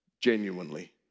genuinely